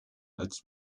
als